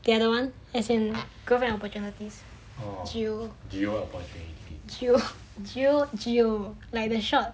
the other [one] as in girlfriend opportunities G_O G_O G_O G_O like the shot